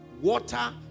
water